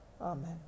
Amen